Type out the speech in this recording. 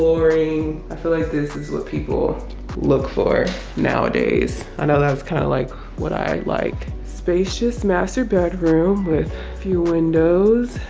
flooring. i feel like this is what people look for nowadays. i know that was kind of like what i like. spacious master bedroom with few windows.